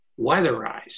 weatherized